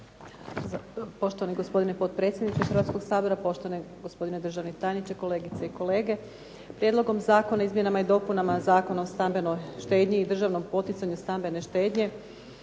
Poštovani gospodine potpredsjedniče Hrvatskog sabora, poštovani gospodine državni tajniče, kolegice i kolege. Prijedlogom Zakona o izmjenama i dopunama Zakona o stambenoj štednji i državnom poticanju stambene štednje